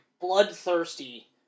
bloodthirsty